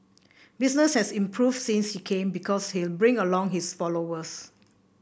business has improved since he came because he'll bring along his followers